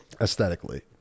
Aesthetically